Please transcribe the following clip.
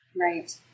Right